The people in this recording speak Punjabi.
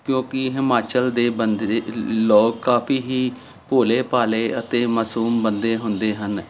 ਕਿਉਂਕਿ ਹਿਮਾਚਲ ਦੇ ਬੰਦੇਰੇ ਲੋਕ ਕਾਫੀ ਹੀ ਭੋਲੇ ਭਾਲੇ ਅਤੇ ਮਾਸੂਮ ਬੰਦੇ ਹੁੰਦੇ ਹਨ